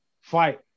Fight